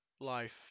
life